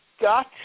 got